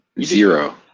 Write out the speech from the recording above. Zero